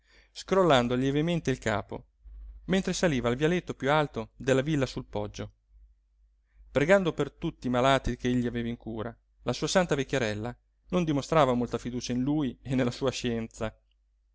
immagine scrollando lievemente il capo mentre saliva al vialetto piú alto della villa sul poggio pregando per tutti i malati ch'egli aveva in cura la sua santa vecchierella non dimostrava molta fiducia in lui e nella sua scienza